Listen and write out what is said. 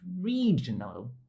regional